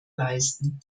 leisten